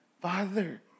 Father